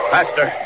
Faster